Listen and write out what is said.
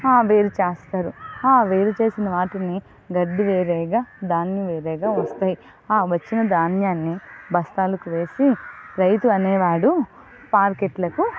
ఆ వేరు చేస్తారు ఆ వేరు చేసిన వాటిని గడ్డి వేరేగా ధాన్యం వేరేగా వస్తాయి ఆ వచ్చిన ధాన్యాన్ని బస్తాలకు వేసి రైతు అనేవాడు మార్కెట్లకు